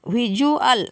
visual